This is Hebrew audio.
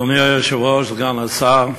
אדוני היושב-ראש, סגן השר,